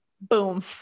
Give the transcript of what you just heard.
Boom